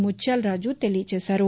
ముత్యాలరాజ తెలియచేశారు